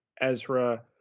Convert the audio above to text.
ezra